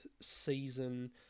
season